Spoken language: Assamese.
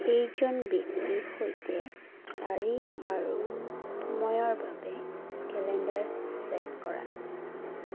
এইজন ব্যক্তিৰ সৈতে তাৰিখ আৰু সময়ৰ বাবে কেলেণ্ডাৰ ছেট কৰা